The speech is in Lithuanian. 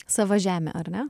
sava žemė ar ne